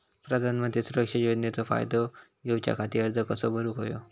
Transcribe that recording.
प्रधानमंत्री सुरक्षा योजनेचो फायदो घेऊच्या खाती अर्ज कसो भरुक होयो?